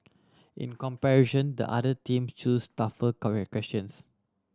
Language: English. in comparison the other team chose tougher questions